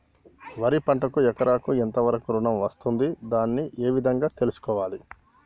వరి పంటకు ఎకరాకు ఎంత వరకు ఋణం వస్తుంది దాన్ని ఏ విధంగా తెలుసుకోవాలి?